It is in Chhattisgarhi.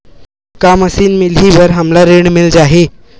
का मशीन मिलही बर हमला ऋण मिल जाही?